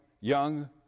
young